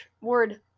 word